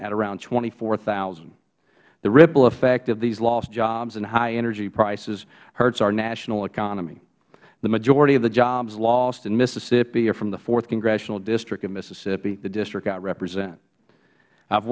region at around twenty four thousand the ripple effect of these lost jobs and high energy prices hurts our national economy the majority of the jobs lost in mississippi are from the fourth congressional district of mississippi the district i represent i